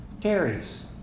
carries